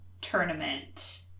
tournament